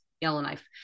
Yellowknife